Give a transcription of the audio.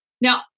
Now